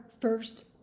first